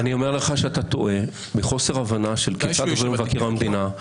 אני אומר לך שאתה טועה מחוסר הבנה של דברי מבקר המדינה,